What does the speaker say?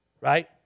right